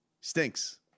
stinks